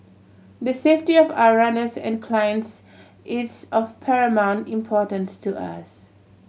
the safety of our runners and clients is of paramount importance to us